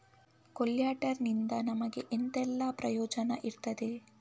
ಕೊಲ್ಯಟರ್ ನಿಂದ ನಮಗೆ ಎಂತ ಎಲ್ಲಾ ಪ್ರಯೋಜನ ಇರ್ತದೆ?